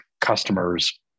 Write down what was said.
customers